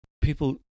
People